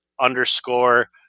underscore